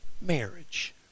marriage